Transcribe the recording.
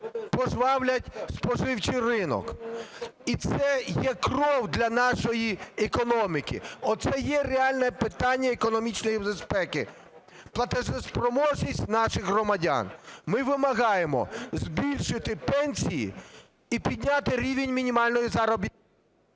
пожвавлять споживчий ринок. І це є кров для нашої економіки, оце є реальне питання економічної безпеки – платоспроможність наших громадян. Ми вимагаємо збільшити пенсії і підняти рівень мінімальної заробітної